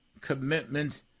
commitment